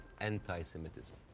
anti-semitism